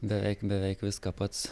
beveik beveik viską pats